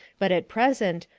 but at present,